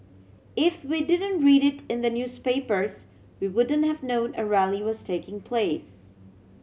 if we didn't read it in the newspapers we wouldn't have known a rally was taking place